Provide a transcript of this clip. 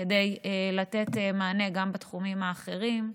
כדי לתת מענה גם בתחומים האחרים.